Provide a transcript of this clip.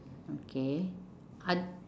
okay oth~